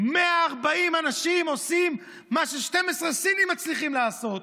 140 אנשים עושים מה ש-12 סינים מצליחים לעשות.